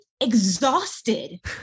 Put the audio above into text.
exhausted